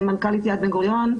אני מנכ"לית יד בן-גוריון,